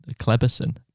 Cleberson